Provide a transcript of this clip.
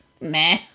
Meh